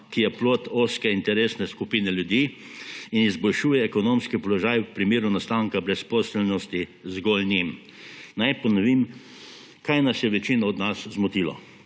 ki je plod ozke interesne skupine ljudi in izboljšuje ekonomski položaj v primeru nastanka brezposelnosti zgolj njim. Naj ponovim, kaj je večino od nas zmotilo.